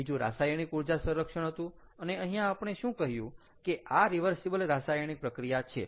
બીજુ રાસાયણિક ઊર્જા સંરક્ષણ હતું અને અહીંયા આપણે શું કહ્યું કે આ રીવર્સીબલ રાસાયણિક પ્રક્રિયા છે